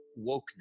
wokeness